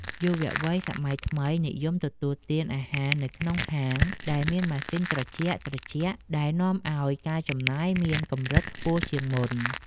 យុវវ័យសម័យថ្មីនិយមទទួលទានអាហារនៅក្នុងហាងដែលមានម៉ាស៊ីនត្រជាក់ៗដែលនាំឱ្យការចំណាយមានកម្រិតខ្ពស់ជាងមុន។